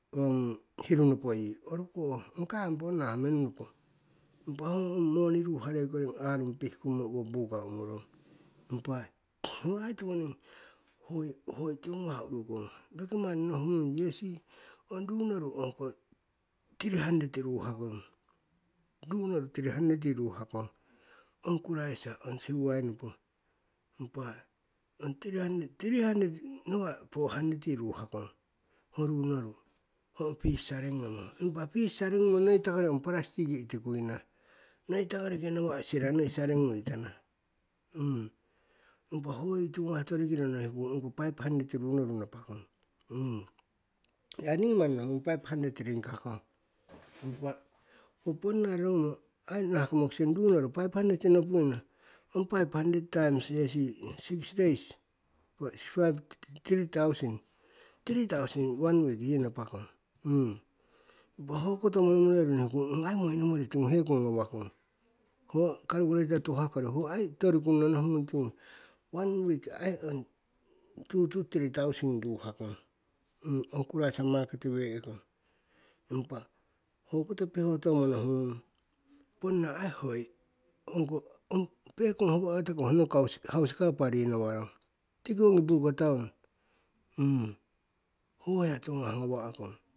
Ong hiru nopo yi, oruko ongkai ong ponna ong menunopo impa ho ong moni ruharei koring arung pihkummo owo buka umurong. Impa ho aii tiwoning, hoi hoi tiwo ngawah urukong. Roki manni nohungung yesi ong ruu noru ongko tiri hanreti ruhakong, ruu noru tiri hanreti ruhakong ong kuraisa ong siuwai nopo. Impa tiri hanreti nawa' po hanreti yi ruhakong ho ruu noru ho ong pisi saring ngamo. Impa pisi saring ngumo neitakoriki ong plastic itikuina, noita koriki nawa' sira noi saring nguitana. Impa ho tiwo ngawah torikiro nohi kung ongko paipi hanreti ruu noru napa kong. Aii ningi mani nohu ngong paipi hanreti ringkakong impa ho ponna rorongumo ai nahahko mokusing ru noru paipi hanreti nopuina times seven days ai tiri tausen. One week ai ong tuu oo tiri tausen ruhakong ho kuraisa makete we'kong impa ho koto pihotomo nohu ngung ong howo pekong ata'kong ho nong haus kapa rinawarong tiki ongi buka town. Ho hiya tiwo ngawah ngawa'kong